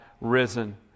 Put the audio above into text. risen